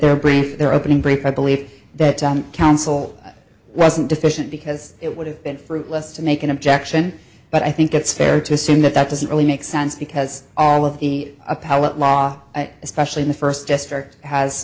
brains their opening brief i believe that counsel wasn't deficient because it would have been fruitless to make an objection but i think it's fair to assume that that doesn't really make sense because all of the appellate law especially in the first district has